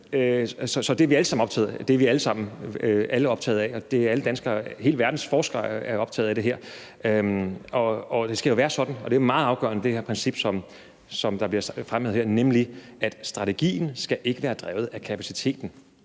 så det er vi alle sammen optaget af. Alle danskere og hele verdens forskere er optaget af det, og sådan skal det jo være, og det er et meget afgørende princip, der her bliver fremhævet, nemlig at strategien ikke skal være drevet af kapaciteten.